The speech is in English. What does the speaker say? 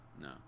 no